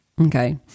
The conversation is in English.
Okay